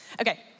okay